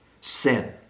sin